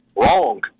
Wrong